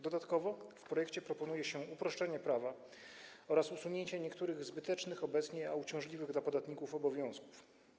Dodatkowo w projekcie proponuje się uproszczenie prawa oraz usunięcie niektórych zbytecznych obecnie, a uciążliwych dla podatników obowiązków.